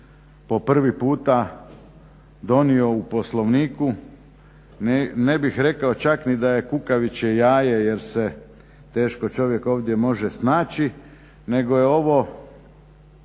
po prvi puta donio u Poslovniku, ne bih rekao čak ni da je kukavičje jaje jer se teško čovjek ovdje može snaći, nego je ovo